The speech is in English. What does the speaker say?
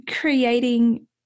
creating